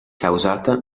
causata